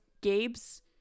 Gabe's